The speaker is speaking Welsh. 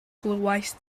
glywaist